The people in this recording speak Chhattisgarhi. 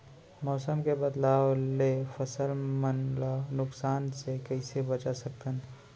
मौसम के बदलाव ले फसल मन ला नुकसान से कइसे बचा सकथन?